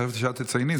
חשבתי שאת תצייני,